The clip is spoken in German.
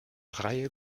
reihe